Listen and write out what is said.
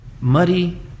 Muddy